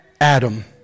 Adam